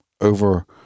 over